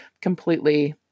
completely